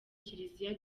kiliziya